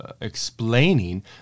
explaining